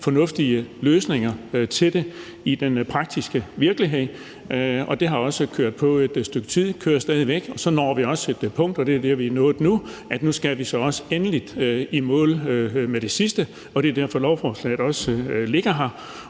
fornuftige løsninger på det i den praktiske virkelighed. Det har også kørt i et stykke tid og kører stadig væk, og så når vi også et punkt, og det er det, vi er nået til nu, nemlig at nu skal vi så endeligt i mål med det sidste. Det er også derfor, at lovforslaget ligger her.